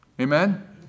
Amen